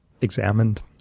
examined